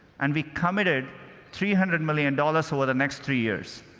and we committed three hundred million dollars over the next three years.